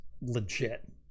legit